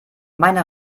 meine